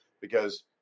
because-